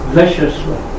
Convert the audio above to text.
viciously